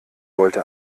wollte